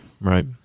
Right